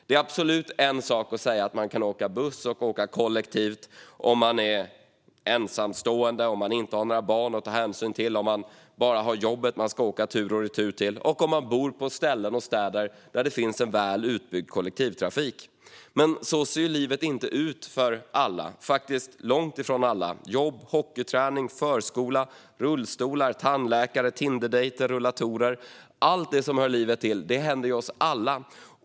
Det är en sak att säga att man kan åka kollektivt om man inte har några barn att ta hänsyn till och bara ska åka tur och retur till jobbet och om man bor på ett ställe där kollektivtrafiken är väl utbyggd. Så ser dock livet långt ifrån ut för alla. Jobb, hockeyträning, rullstolar, tandläkare, Tinderdejter, rollatorer - allt det som hör livet till händer oss alla.